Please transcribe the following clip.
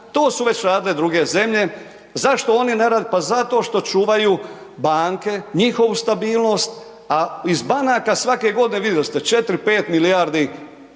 to su već radile druge zemlje. Zašto one, pa zato što čuvaju banke, njihovu stabilnost, a iz banaka svake godine, vidjeli ste 4, 5 milijardi